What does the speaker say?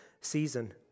season